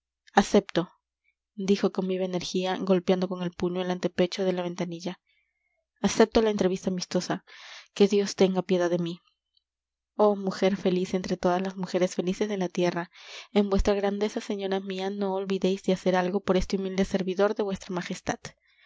acepto dijo con viva energía golpeando con el puño el antepecho de la ventanilla acepto la entrevista amistosa que dios tenga piedad de mí oh mujer feliz entre todas las mujeres felices de la tierra en vuestra grandeza señora mía no olvidéis de hacer algo por este humilde servidor de vuestra majestad